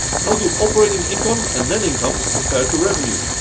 how do operating income and net income compare to revenue.